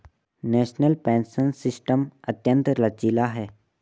national pension system अत्यंत लचीला है